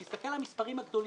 תסתכל על המספרים הגדולים.